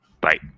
bye